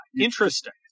Interesting